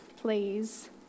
please